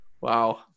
Wow